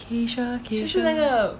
kaysha kaysha